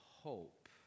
hope